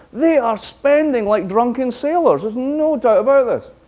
they are spending like drunken sailors, there's no doubt about this.